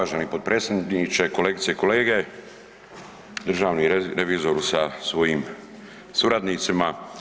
Uvaženi potpredsjedniče, kolegice i kolege, državni revizoru sa svojim suradnicima.